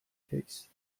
case